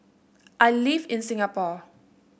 I live in Singapore